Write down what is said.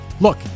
look